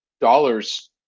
dollars